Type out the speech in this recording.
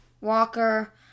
Walker